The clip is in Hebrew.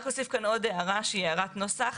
אוסיף כאן עוד הערה שהיא הערת נוסח.